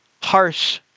harsh